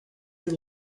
your